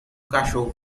cachorro